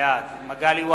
בעד מגלי והבה,